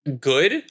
good